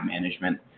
management